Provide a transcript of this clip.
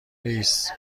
هیس